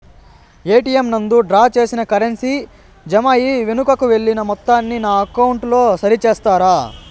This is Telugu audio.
ఎ.టి.ఎం నందు డ్రా చేసిన కరెన్సీ జామ అయి వెనుకకు వెళ్లిన మొత్తాన్ని నా అకౌంట్ లో సరి చేస్తారా?